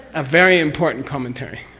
a very important commentary,